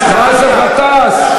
באסל גטאס.